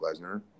Lesnar